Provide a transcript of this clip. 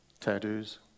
tattoos